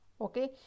okay